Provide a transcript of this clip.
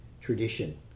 tradition